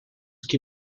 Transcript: que